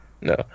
No